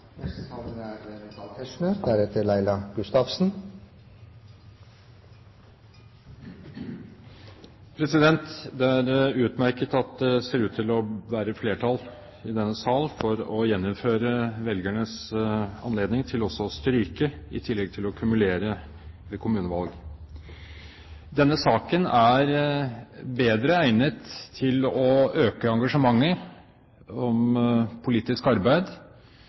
Det er utmerket at det ser ut til å være flertall i denne sal for å gjeninnføre velgernes anledning til også å stryke – i tillegg til å kumulere – ved kommunevalg. Denne saken er bedre egnet til å øke engasjementet om politisk arbeid